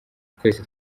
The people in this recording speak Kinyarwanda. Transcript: twese